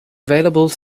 available